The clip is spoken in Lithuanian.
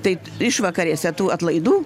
tai išvakarėse tų atlaidų